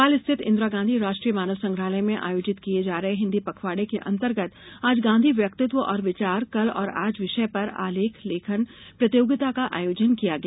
भोपाल स्थित इंदिरा गांधी राष्ट्रीय मानव संग्रहालय में आयोजित किये जा रहे हिन्दी पखवाड़ा के अंतर्गत आज गांधी व्यक्तित्व और विचार कल और आज विषय पर आलेख लेखन प्रतियोगिता का आयोजन किया गया